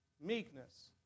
meekness